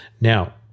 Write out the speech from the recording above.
now